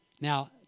Now